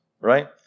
right